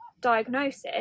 diagnosis